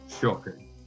Shocking